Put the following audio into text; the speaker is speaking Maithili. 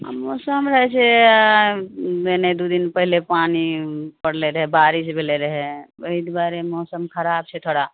आब मौसम रहै छै एने दू दिन पहिले पानि परलै रहए बारिश भेलै रहए एहि दुआरे मौसम खराब छै थोड़ा